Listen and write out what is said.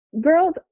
Girls